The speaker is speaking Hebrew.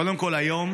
קודם כול, היום